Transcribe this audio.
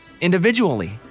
individually